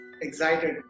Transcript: excited